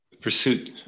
pursuit